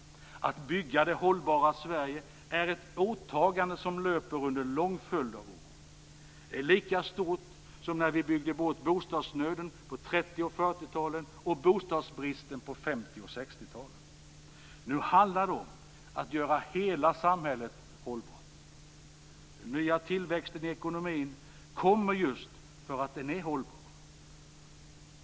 Att bygga det hållbara Sverige är ett åtagande som löper under en lång följd av år. Det är lika stort som när vi byggde bort bostadsnöden på 30 och 40-talen och bostadsbristen på 50 och 60-talen. Nu handlar det om att göra hela samhället hållbart. Den nya tillväxten i ekonomin kommer just därför att den är hållbar.